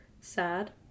Sad